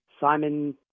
Simon